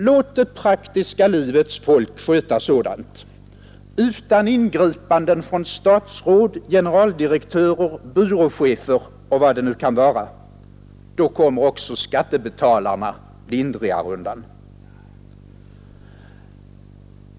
Låt det praktiska livets folk sköta sådant utan ingripanden från statsråd, generaldirektörer, byråchefer och vad det nu kan vara! Då kommer också skattebetalarna lindrigare undan.